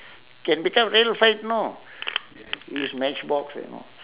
can become real fight know use match box and all